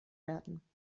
werden